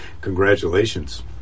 Congratulations